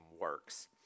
works